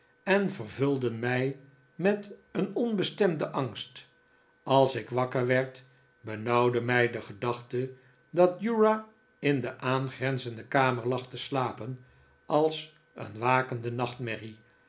en vervulden mij met een onbestemden angst als ik wakker werd benauwde mij de gedachte dat uriah in de aangrenzende kamer lag te slapen als een wakende nachtmerrie